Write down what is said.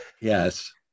Yes